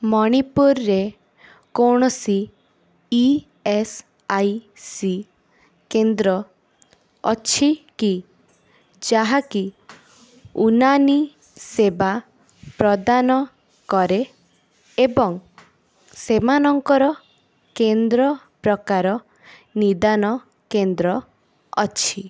ମଣିପୁରରେ କୌଣସି E S I C କେନ୍ଦ୍ର ଅଛି କି ଯାହାକି ଉନାନି ସେବା ପ୍ରଦାନ କରେ ଏବଂ ସେମାନଙ୍କର କେନ୍ଦ୍ର ପ୍ରକାର ନିଦାନ କେନ୍ଦ୍ର ଅଛି